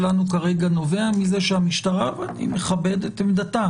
מזה שהמשטרה ואני מכבד את עמדתה